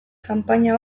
kanpaina